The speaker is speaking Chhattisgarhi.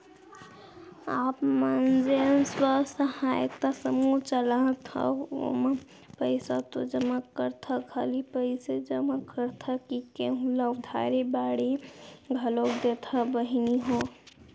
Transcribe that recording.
आप मन जेन स्व सहायता समूह चलात हंव ओमा पइसा तो जमा करथा खाली पइसेच जमा करथा कि कोहूँ ल उधारी बाड़ी घलोक देथा बहिनी हो?